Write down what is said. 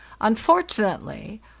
unfortunately